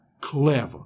clever